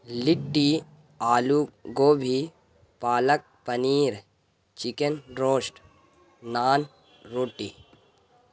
لٹی آلو گوبھی پالک پنیر چکن روسٹ نان روٹی